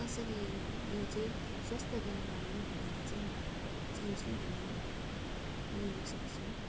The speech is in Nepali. कसरी यो चाहिँ स्वस्थ जनावर हो भनेर चाहिँ म चिन्छु अनि लिनु सक्छु